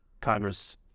Congress